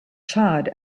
charred